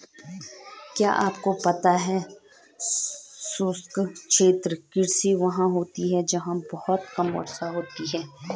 क्या आपको पता है शुष्क क्षेत्र कृषि वहाँ होती है जहाँ बहुत कम वर्षा होती है?